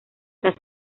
las